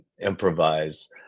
improvise